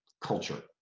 culture